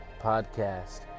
Podcast